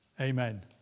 Amen